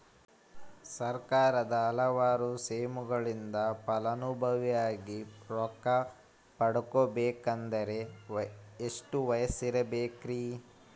ಸರ್ಕಾರದ ಹಲವಾರು ಸ್ಕೇಮುಗಳಿಂದ ಫಲಾನುಭವಿಯಾಗಿ ರೊಕ್ಕ ಪಡಕೊಬೇಕಂದರೆ ಎಷ್ಟು ವಯಸ್ಸಿರಬೇಕ್ರಿ?